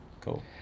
cool